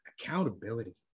accountability